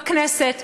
בכנסת,